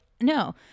no